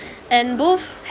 and both